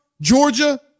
Georgia